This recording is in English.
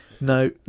No